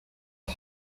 are